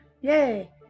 Yay